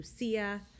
Lucia